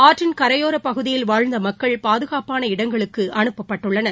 ஆற்றின் கரையோரப் பகுதியில் வாழ்ந்தமக்கள் பாதுகாப்பான இடங்களுக்குஅனுப்பபட்டுள்ளனர்